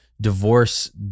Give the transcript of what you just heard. divorce